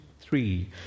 three